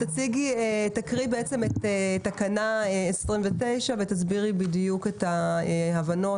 תקריאי את תקנה 29 ותסבירי בדיוק את ההבנות,